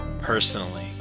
personally